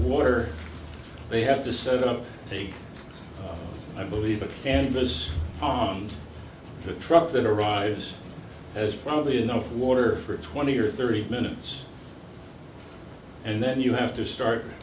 water they have to set up the i believe a canvas on the truck that arrives as probably enough water for twenty or thirty minutes and then you have to start